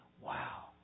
Wow